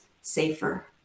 safer